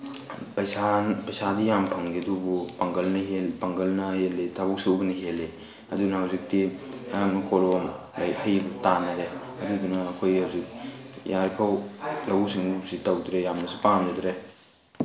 ꯄꯩꯁꯥ ꯄꯩꯁꯥꯗꯤ ꯌꯥꯝ ꯐꯪꯗꯦ ꯑꯗꯨꯕꯨ ꯄꯥꯡꯒꯜꯅ ꯄꯥꯡꯒꯜꯅ ꯍꯦꯜꯂꯤ ꯊꯕꯛ ꯁꯨꯕꯅ ꯍꯦꯜꯂꯤ ꯑꯗꯨꯅ ꯍꯧꯖꯤꯛꯇꯤ ꯑꯌꯥꯝꯕ ꯀꯣꯂꯣꯝ ꯍꯌꯦꯡ ꯇꯥꯟꯅꯔꯦ ꯑꯗꯨꯗꯨꯅ ꯑꯩꯈꯣꯏ ꯍꯧꯖꯤꯛ ꯌꯥꯔꯤ ꯐꯥꯎ ꯂꯧꯎ ꯁꯤꯡꯎꯕꯁꯤ ꯇꯧꯗ꯭ꯔꯦ ꯌꯥꯝꯅꯁꯨ ꯄꯥꯝꯅꯗ꯭ꯔꯦ